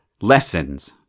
Lessons